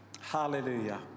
Hallelujah